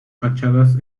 fachadas